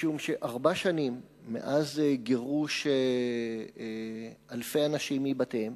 משום שארבע שנים מאז גירוש אלפי אנשים מבתיהם